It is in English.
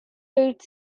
eight